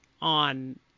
on –